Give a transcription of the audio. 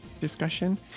discussion